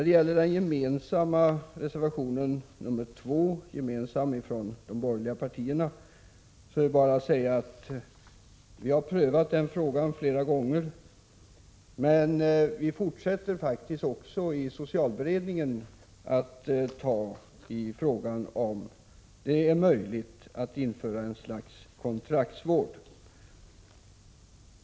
Beträffande reservation 2, som är gemensam för de borgerliga partierna, är det bara att säga att vi har prövat frågan om kontraktsvård inom socialtjänsten flera gånger. Men vi fortsätter faktiskt i socialberedningen att undersöka om det är möjligt att införa något slags kontraktsvård.